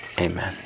Amen